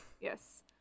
Yes